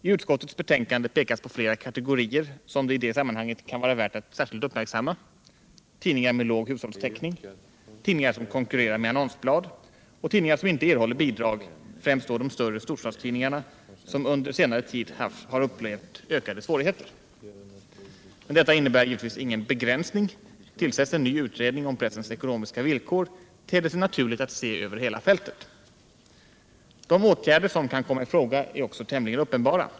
I utskottets betänkande pekas på flera kategorier som det i det sammanhanget kan vara värt att särskilt uppmärksamma: tidningar med låg hushållstäckning, tidningar som konkurrerar med annonsblad och tidningar som inte erhåller bidrag, främst då de större storstadstidningarna, som under senare tid har upplevt ökade svårigheter. Men detta innebär givetvis ingen begränsning. Tillsätts en ny utredning om pressens ekonomiska villkor, så ter det sig naturligt att se över hela fältet. De åtgärder som kan komma i fråga är också tämligen uppenbara.